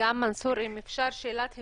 וגם מנסור, אם אפשר שאלת המשך.